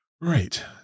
Right